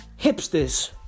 hipsters